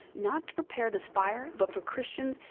not to prepare this fire but for christians,